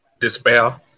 despair